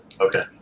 Okay